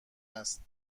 است